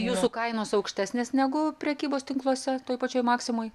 jūsų kainos aukštesnės negu prekybos tinkluose toj pačioj maksimoj